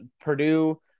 Purdue